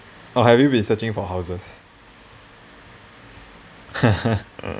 have you been searching for houses